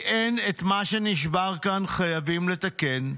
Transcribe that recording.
כי את מה שנשבר כאן חייבים לתקן.